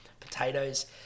potatoes